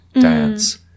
dance